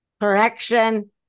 Correction